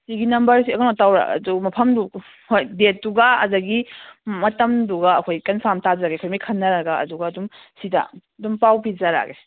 ꯁꯤꯒꯤ ꯅꯝꯕꯔꯁꯦ ꯀꯩꯅꯣ ꯇꯧꯔ ꯑꯗꯨ ꯃꯐꯝꯗꯨ ꯍꯣꯏ ꯗꯦꯠꯇꯨꯒ ꯑꯗꯒꯤ ꯃꯇꯝꯗꯨꯒ ꯑꯩꯈꯣꯏ ꯀꯟꯐꯔꯝ ꯇꯥꯖꯔꯒꯦ ꯑꯩꯈꯣꯏꯉꯩ ꯈꯟꯅꯔꯒ ꯑꯗꯨꯒ ꯑꯗꯨꯝ ꯁꯤꯗ ꯑꯗꯨꯝ ꯄꯥꯎ ꯄꯤꯖꯔꯛꯑꯒꯦ